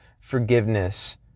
forgiveness